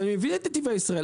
אני מבין את נתיבי ישראל.